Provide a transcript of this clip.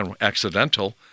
accidental